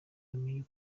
bamenye